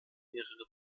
mehrere